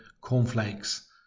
cornflakes